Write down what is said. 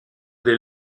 dès